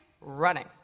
running